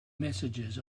messages